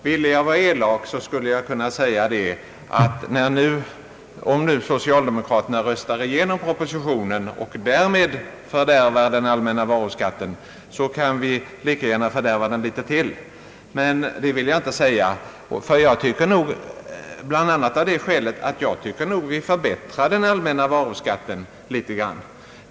Ville jag vara elak skulle jag kunna säga att om nu socialdemokraterna röstar igenom propositionen och därmed fördärvar den allmänna varuskatten så kan vi lika gärna fördärva den ytterligare lite, men det vill jag inte säga, bl.a. av det skälet, att jag nog tycker att vi förbättrar den allmänna varuskatten en smula.